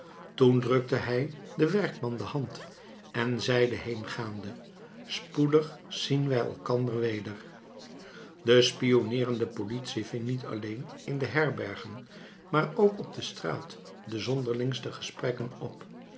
toen drukte hij den werkman de hand en zeide heengaande spoedig zien wij elkander weder de spioneerende politie ving niet alleen in de herbergen maar ook op de straat de zonderlingste gesprekken op